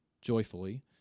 joyfully